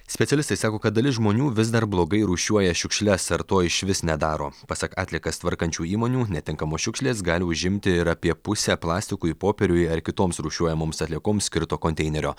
specialistai sako kad dalis žmonių vis dar blogai rūšiuoja šiukšles ar to išvis nedaro pasak atliekas tvarkančių įmonių netinkamos šiukšlės gali užimti ir apie pusę plastikui popieriui ar kitoms rūšiuojamoms atliekoms skirto konteinerio